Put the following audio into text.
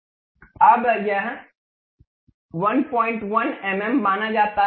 अब यह 11 एमएम माना जाता है